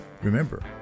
Remember